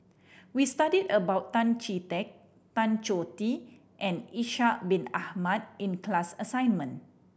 we studied about Tan Chee Teck Tan Choh Tee and Ishak Bin Ahmad in class assignment